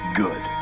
good